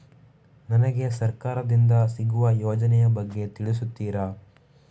ನನಗೆ ಸರ್ಕಾರ ದಿಂದ ಸಿಗುವ ಯೋಜನೆ ಯ ಬಗ್ಗೆ ತಿಳಿಸುತ್ತೀರಾ?